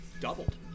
doubled